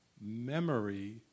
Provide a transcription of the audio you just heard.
memory